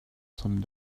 some